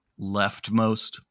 leftmost